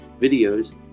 videos